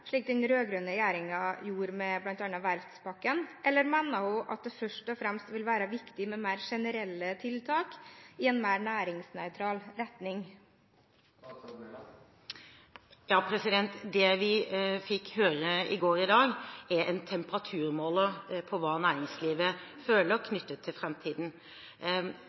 slik den rød-grønne regjeringen gjorde med bl.a. verftspakken, eller mener hun at det først og fremst vil være viktig med mer generelle tiltak i en mer næringsnøytral retning? Det vi fikk høre i går og i dag, er en temperaturmåler på hva næringslivet føler knyttet til